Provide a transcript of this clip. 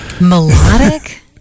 melodic